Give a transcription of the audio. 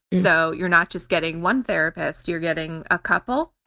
so you're not just getting one therapist, you're getting a couple.